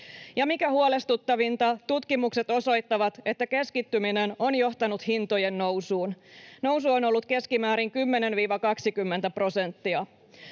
Ja mikä huolestuttavinta, tutkimukset osoittavat, että keskittyminen on johtanut hintojen nousuun. Nousu on ollut keskimäärin 10—20 prosenttia.